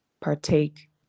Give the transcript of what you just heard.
partake